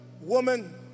woman